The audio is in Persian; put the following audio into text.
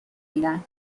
میدن